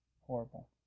horrible